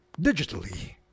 digitally